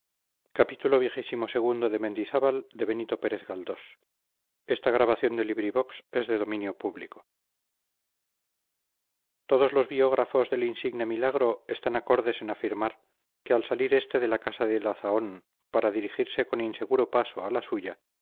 todos los biógrafos del insigne milagro están acordes en afirmar que al salir este de casa de la zahón para dirigirse con inseguro paso a la suya